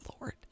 Lord